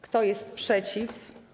Kto jest przeciw?